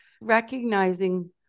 recognizing